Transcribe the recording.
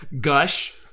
Gush